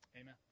Amen